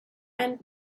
and